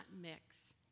mix